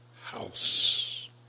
house